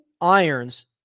irons